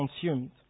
consumed